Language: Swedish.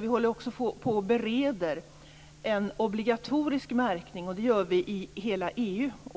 Vi håller också på att bereda en obligatorisk märkning, och det gör vi i hela EU.